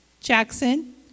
Jackson